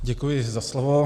Děkuji za slovo.